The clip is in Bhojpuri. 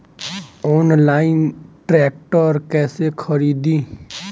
आनलाइन ट्रैक्टर कैसे खरदी?